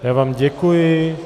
Já vám děkuji.